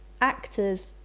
Actors